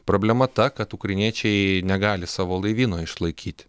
problema ta kad ukrainiečiai negali savo laivyno išlaikyti